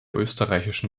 österreichischen